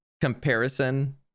comparison